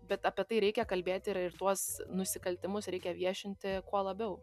bet apie tai reikia kalbėti ir ir tuos nusikaltimus reikia viešinti kuo labiau